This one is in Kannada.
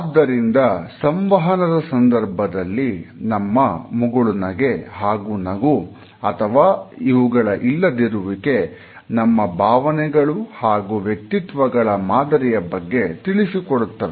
ಆದ್ದರಿಂದ ಸಂವಹನದ ಸಂದರ್ಭದಲ್ಲಿ ನಮ್ಮ ಮುಗುಳುನಗೆ ಹಾಗೂ ನಗು ಅಥವಾ ಇವುಗಳ ಇಲ್ಲದಿರುವಿಕೆ ನಮ್ಮ ಭಾವನೆಗಳು ಹಾಗೂ ವ್ಯಕ್ತಿತ್ವಗಳ ಮಾದರಿಯ ಬಗ್ಗೆ ತಿಳಿಸಿಕೊಡುತ್ತವೆ